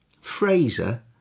Fraser